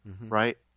right